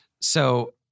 So-